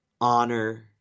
honor